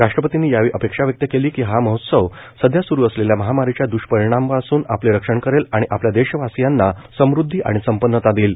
राष्ट्रपतींनी यावेळी अपेक्षा व्यक्त केली की हा महोत्सव सध्या सुरू असलेल्या महामारीच्या दुष्परिणामांपासून आपले रक्षण करेल आणि आपल्या देशवासियांना समुद्धी आणि संपन्नता देईल